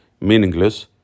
meaningless